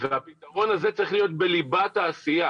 והפתרון הזה צריך להיות בליבת העשייה